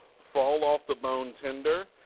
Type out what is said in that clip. fall off the bone tender.